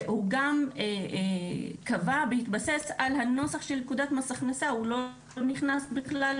והוא גם קבע בהתבסס על הנוסח של פקודת מס הכנסה הוא לא נכנס בכלל